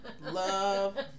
love